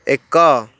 ଏକ